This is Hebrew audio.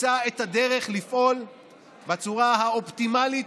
תמצא את הדרך לפעול בצורה האופטימלית,